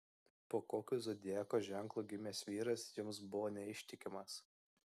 po kokiu zodiako ženklu gimęs vyras jums buvo neištikimas